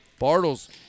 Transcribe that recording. Bartles